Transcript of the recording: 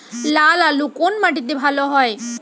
লাল আলু কোন মাটিতে ভালো হয়?